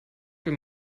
ihm